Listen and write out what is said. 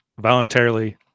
voluntarily